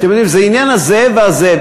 זה העניין הזה והזה,